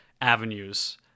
avenues